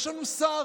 יש לנו שר,